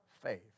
faith